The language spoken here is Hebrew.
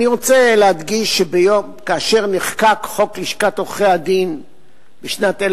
אני רוצה להדגיש שכאשר נחקק חוק לשכת עורכי-הדין בשנת 1961,